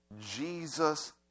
Jesus